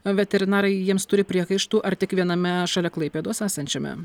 veterinarai jiems turi priekaištų ar tik viename šalia klaipėdos esančiame